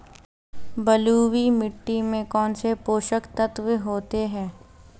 बलुई मिट्टी में कौनसे पोषक तत्व होते हैं?